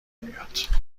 میاد